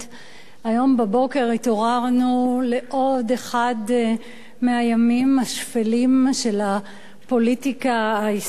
היום בבוקר התעוררנו לעוד אחד מהימים השפלים של הפוליטיקה הישראלית.